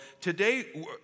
today